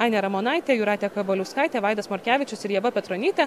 ainė ramonaitė jūratė kavaliauskaitė vaidas morkevičius ir ieva petronytė